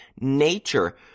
nature